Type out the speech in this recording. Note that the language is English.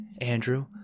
Andrew